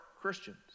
Christians